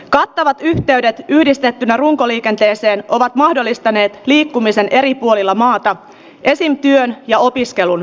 kartta näkyy täällä yhdistettynä runkoliikenteeseen ovat mahdollistaneet liikkumisen eri puolilla maata esiintyen ja opiskelun